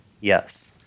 Yes